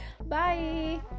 Bye